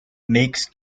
makes